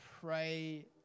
pray